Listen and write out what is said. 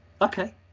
Okay